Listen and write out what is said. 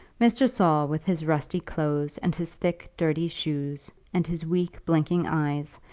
mr. saul, with his rusty clothes and his thick, dirty shoes, and his weak, blinking eyes,